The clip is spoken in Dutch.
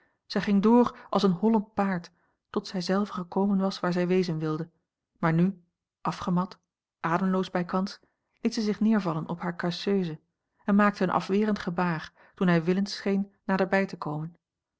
zij ging door als een hollend paard tot zij zelve gekomen was waar zij wezen wilde maar nu afgemat ademloos bijkans liet zij zich neera l g bosboom-toussaint langs een omweg vallen op hare causeuse en maakte een afwerend gebaar toen hij willens scheen naderbij te komen